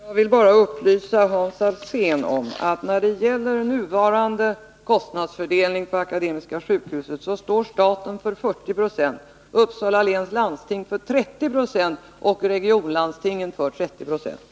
Herr talman! Jag vill bara upplysa Hans Alsén om, att när det gäller den nuvarande kostnadsfördelningen beträffande Akademiska sjukhuset, står staten för 40 96, Uppsala läns landsting för 30 26 och regionlandstingen för 30 9.